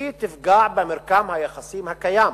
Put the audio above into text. יפגע במרקם היחסים הקיים